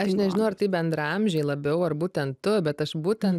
aš nežinau ar tai bendraamžiai labiau ar būtent tu bet aš būtent